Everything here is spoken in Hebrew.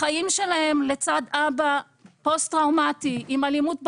החיים שלהם לצד אבא פוסט טראומטי עם אלימות בבית,